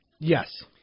Yes